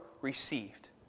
received